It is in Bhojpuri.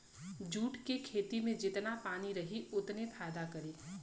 जूट के खेती में जेतना पानी रही ओतने फायदा करी